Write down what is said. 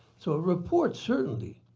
so a report certainly,